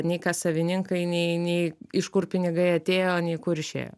nei kas savininkai nei nei iš kur pinigai atėjo nei kur išėjo